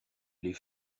les